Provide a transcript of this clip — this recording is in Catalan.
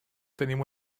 tenim